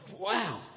wow